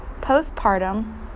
postpartum